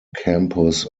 campus